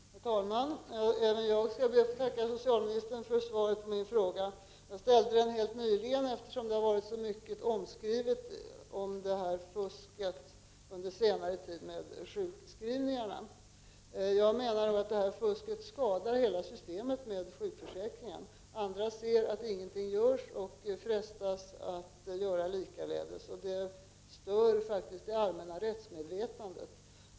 Herr talman! Även jag skall be att få tacka socialministern för svaret på min fråga. Jag ställde den helt nyligen, eftersom fusket med sjukskrivningarna har varit så omskrivet under senare tid. Jag menar att fusket skadar hela sjukförsäkringssystemet. Andra ser att ingenting görs åt det och frestas att göra likadant. Det strider mot det allmänna rättsmedvetandet.